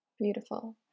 Beautiful